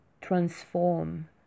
Transform